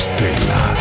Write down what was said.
Stella